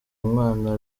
umwana